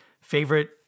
favorite